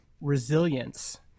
resilience